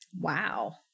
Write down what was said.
Wow